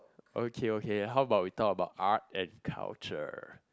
okay okay how about we talk about art and culture